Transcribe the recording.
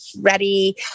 ready